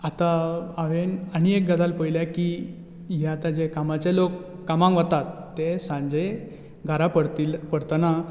आता हावेंन आनी एक गजाल पळयल्या ती हे आता जे कामाचे लोक कामाक वतात ते सांजे घरा परती परतना